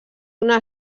una